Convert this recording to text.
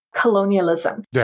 colonialism